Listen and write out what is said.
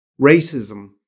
racism